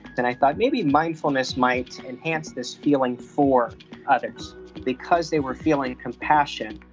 and i thought maybe mindfulness might enhance this feeling for others because they were feeling compassion.